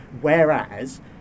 Whereas